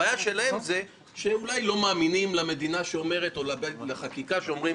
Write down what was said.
הבעיה שלהם זה שהם אולי לא מאמינים למדינה שאומרת או לחקיקה שאומרים